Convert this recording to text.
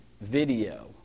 video